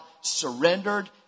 surrendered